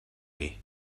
chi